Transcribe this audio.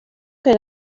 que